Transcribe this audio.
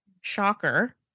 shocker